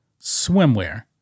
swimwear